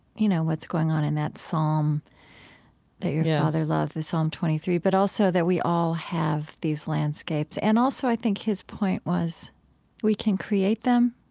you know, what's going on in that psalm that your father loved, the psalm twenty three, but also that we all have these landscapes. and also, i think his point was we can create them,